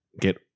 get